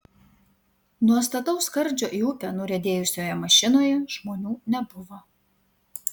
nuo stataus skardžio į upę nuriedėjusioje mašinoje žmonių nebuvo